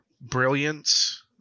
brilliance